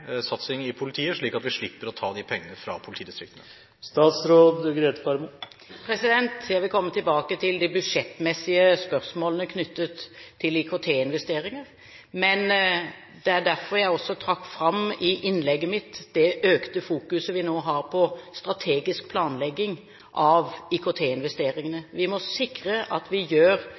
i politiet, slik at vi slipper å ta de pengene fra politidistriktene? Jeg vil komme tilbake til de budsjettmessige spørsmålene knyttet til IKT-investeringer – det er derfor jeg også trakk fram i innlegget mitt det økte fokuset vi nå har på strategisk planlegging av IKT-investeringene. Vi må sikre at vi gjør